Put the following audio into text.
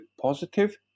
positive